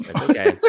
Okay